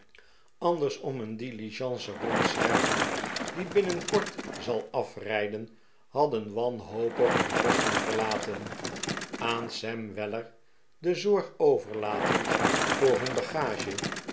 anders om een diligence rondzwerven die binnenkort zal afrijden hadden wanhopig hun posten verlaten aan sam weller de zorg overlatend voor hun bagage